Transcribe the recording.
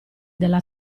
della